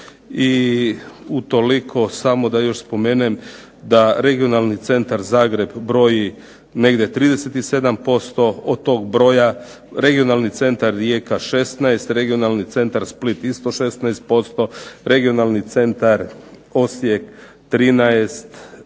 i utoliko samo da još spomenem da regionalni centar Zagreb broji negdje 37% od tog broja. Regionalni centar Rijeka 16, regionalni centar Split isto 16%, regionalni centar Osijek 13%